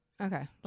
Okay